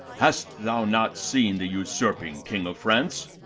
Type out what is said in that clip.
hast thou not seen the usurping king of france?